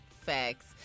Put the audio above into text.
facts